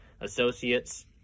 associates